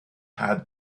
had